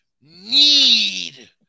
need